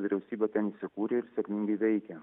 vyriausybė ten įsikūrė ir sėkmingai veikė